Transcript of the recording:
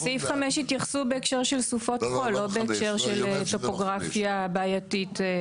האם בסוף לא צריך להיות איזה שהוא דבר ברור שמתרגם את הדברים הללו?